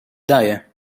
daje